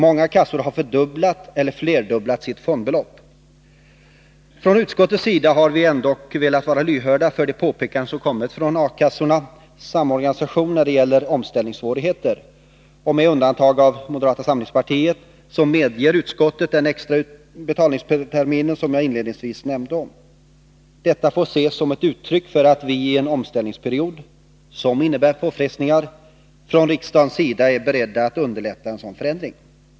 Många kassor har fördubblat eller flerdubblat sitt fondbelopp. Från utskottets sida har vi ändå velat vara lyhörda för de påpekanden som kommit från A-kassornas samorganisation när det gäller omställningssvårigheter, och med undantag av moderata samlingspartiets ledamöter medger utskottet den extra betalningstermin som jag inledningsvis nämnde. Detta får ses som ett uttryck för att vi, i en omställningsperiod som innebär påfrestningar, från riksdagens sida är beredda att underlätta en sådan förändring.